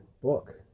book